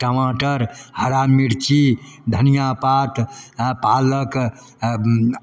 टमाटर हरा मिरची धनिआ पात हँ पालक हँ